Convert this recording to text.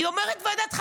היא אומרת: ועדת חקירה.